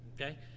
okay